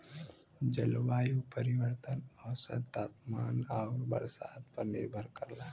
जलवायु परिवर्तन औसत तापमान आउर बरसात पर निर्भर करला